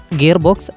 gearbox